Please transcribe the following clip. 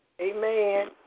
Amen